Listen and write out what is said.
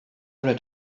read